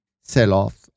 sell-off